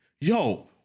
yo